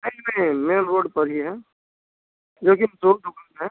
नहीं नहीं main road पर ही है लेकिन है